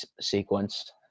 sequence